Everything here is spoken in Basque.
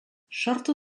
sortu